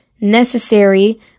necessary